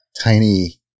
Tiny